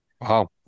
Wow